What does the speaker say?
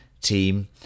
team